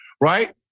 right